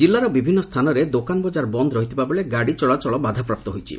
ଜିଲ୍ଲାର ବିଭିନ୍ନ ସ୍ଥାନରେ ଦୋକାନବଜାର ବନ୍ଦ ରହିଥିବାବେଳେ ଗାଡ଼ି ଚଳାଚଳ ବାଧାପ୍ରାପ୍ତ ହୋଇଛି